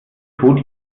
tod